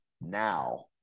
now